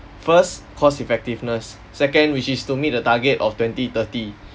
first cost effectiveness second which is to meet the target of twenty thirty